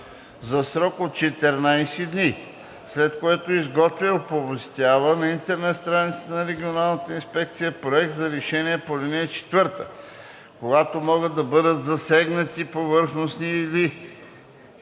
за срок от 14 дни, след което изготвя и оповестява на интернет страницата на РИОСВ проект на решение по ал. 4. Когато могат да бъдат засегнати повърхностни и/или